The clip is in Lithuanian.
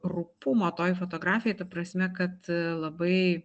rupumo toj fotografijoj ta prasme kad labai